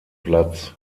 platz